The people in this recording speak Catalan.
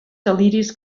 deliris